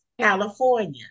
California